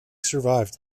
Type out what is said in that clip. survived